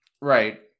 right